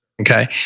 Okay